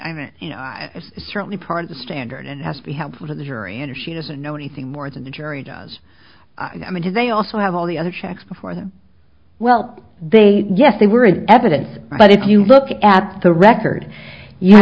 this you know certainly part of the standard and has to be helpful to the jury and she doesn't know anything more than the jury does i mean do they also have all the other checks before them well they yes they were in evidence but if you look at the record y